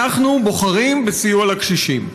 אנחנו בוחרים בסיוע לקשישים.